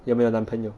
有没有男朋友